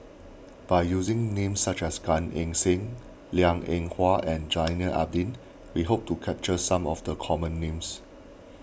by using names such as Gan Eng Seng Liang Eng Hwa and Zainal Abidin we hope to capture some of the common names